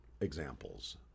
examples